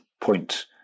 point